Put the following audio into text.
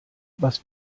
was